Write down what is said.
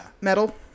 metal